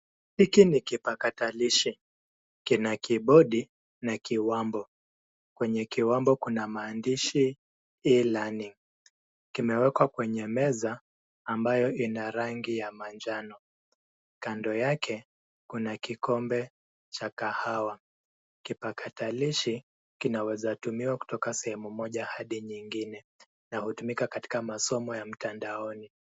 Hiki ni kipakatalishi. Kina kibodi na kiwambo. Kwenye kiwambo kuna maandishi e-learning . Kimewekwa kwenye meza ambayo ina rangi ya manjano. Kando yake kuna kikombe cha kahawa. Kipakatalishi kinawezatumiwa kutoka sehemu moja hadi nyingine na hutumika katika masomo ya mtandaoni.